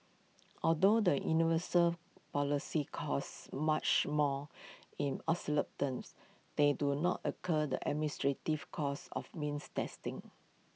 although the universal policies cost much more in terms they do not occur the administrative costs of means testing